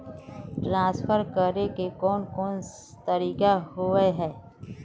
Transfer करे के कोन कोन तरीका होय है?